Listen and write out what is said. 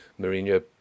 Mourinho